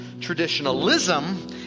traditionalism